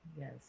yes